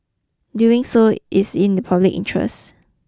doing so is in the public interest